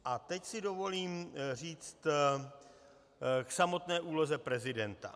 A teď si dovolím říct k samotné úloze prezidenta.